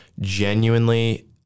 genuinely